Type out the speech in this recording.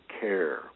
care